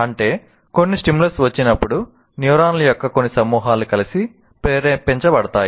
అంటే కొన్ని స్టిములస్ వచ్చినప్పుడు న్యూరాన్ల యొక్క కొన్ని సమూహాలు కలిసి ప్రేరేపించబడతాయి